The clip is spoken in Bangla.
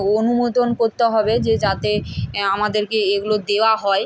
অনুমোদন করতে হবে যে যাতে আমাদেরকে এগুলো দেওয়া হয়